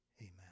amen